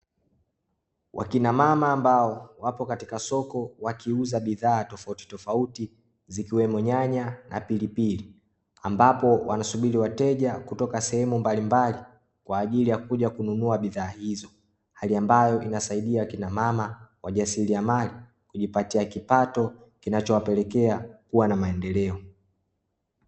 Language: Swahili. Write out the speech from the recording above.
Wakina mama ambao wapo katika soko wakiuza bidhaa tofautitofauti, zikiwemo nyanya na pilipili, ambapo wanasubiri wateja kutoka sehemu mbalimbali kwa ajili ya kuja kununua bidhaa hizo. Hali ambayo inawasaidia wakina mama wajasiriamali kujipatia kipato kinachowapelekea kuwa na maendeleo.